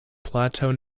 plateau